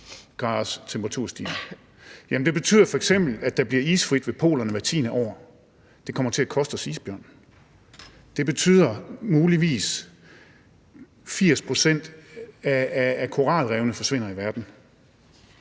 Det betyder f.eks., at det bliver isfrit ved polerne hvert tiende år. Det kommer til at koste os isbjørnene. Det betyder muligvis, at 80 pct. af koralrevene i verden